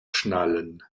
schnallen